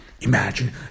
Imagine